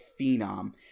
phenom